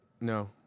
No